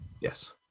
Yes